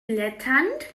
blätternd